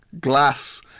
glass